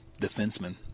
defenseman